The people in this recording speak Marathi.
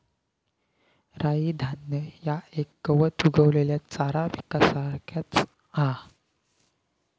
राई धान्य ह्या एक गवत उगवलेल्या चारा पिकासारख्याच हा